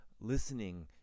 listening